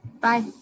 Bye